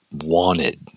wanted